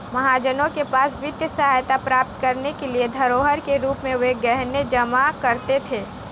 महाजनों के पास वित्तीय सहायता प्राप्त करने के लिए धरोहर के रूप में वे गहने जमा करते थे